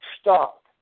stop